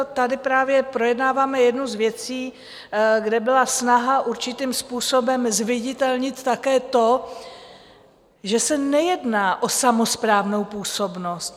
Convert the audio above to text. Tady právě projednáváme jednu z věcí, kde byla snaha určitým způsobem zviditelnit také to, že se nejedná o samosprávnou působnost.